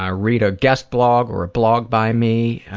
ah read a guest blog or a blog by me.